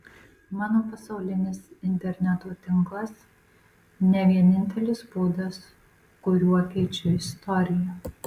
mano pasaulinis interneto tinklas ne vienintelis būdas kuriuo keičiu istoriją